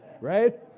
Right